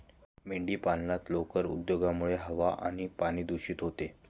मेंढीपालनात लोकर उद्योगामुळे हवा आणि पाणी दूषित होते